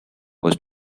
was